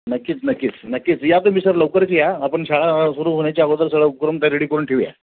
नक्कीच नक्कीच नक्कीच या तुम्ही सर लवकरच या आपण शाळा सुरू होण्याच्या अगोदर सळ करून त्या रेडी करून ठेऊ या